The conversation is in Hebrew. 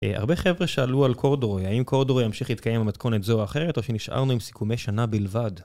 הרבה חבר'ה שאלו על קורדורוי, האם קורדורוי ימשיך להתקיים במתכונת זו או אחרת, או שנשארנו עם סיכומי שנה בלבד?